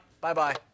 Bye-bye